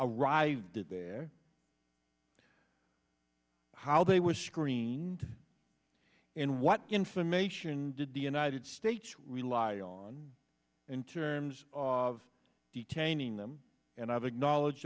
arrived there how they were screened and what information did the united states rely on in terms of detaining them and i've acknowledge